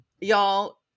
y'all